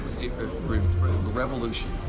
revolution